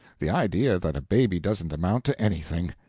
the idea that a baby doesn't amount to anything!